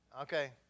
okay